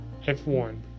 F1